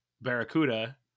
Barracuda